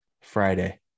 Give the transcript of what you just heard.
Friday